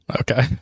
Okay